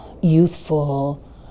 youthful